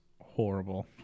horrible